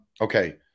okay